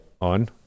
On